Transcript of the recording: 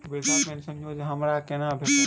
वृद्धा पेंशन योजना हमरा केना भेटत?